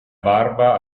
barba